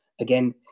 again